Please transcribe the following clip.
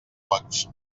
boig